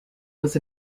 was